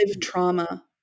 trauma